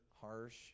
harsh